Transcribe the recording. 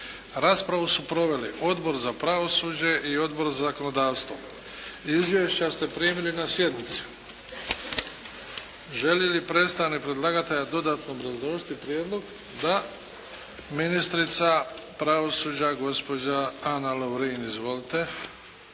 Raspravu su proveli: Odbor za pravosuđe i Odbor za zakonodavstvo. Izvješća ste primili na sjednici. Želi li predstavnik predlagatelja dodatno obrazložiti prijedlog? Da. Ministrica pravosuđa gospođa Ana Lovrin. Izvolite.